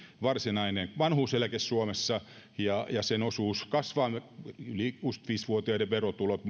varsinainen vanhuuseläke suomessa ja sen osuus kasvaa muun muassa ne yli kuusikymmentäviisi vuotiaiden verotulot